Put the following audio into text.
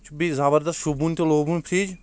یہِ چھُ بییٚہِ زبردست شبوُن تہٕ لوبوُن فرج